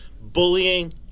Bullying